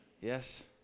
Yes